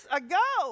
ago